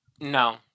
No